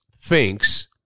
thinks